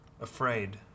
afraid